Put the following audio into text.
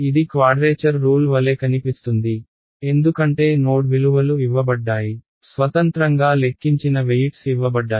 ఇది quadrature rule వలె కనిపిస్తుంది ఎందుకంటే నోడ్ విలువలు ఇవ్వబడ్డాయి స్వతంత్రంగా లెక్కించిన వెయిట్స్ ఇవ్వబడ్డాయి